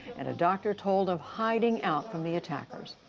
and a doctor told of hiding out from the attackers.